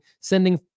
sending